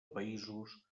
països